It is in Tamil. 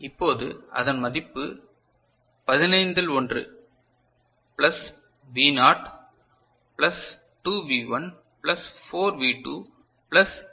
இப்போது அதன் மதிப்பு 15 இல் 1 plus V naught plus 2 V 1 plus 4 V 2 plus 8 V 3 ஆகும்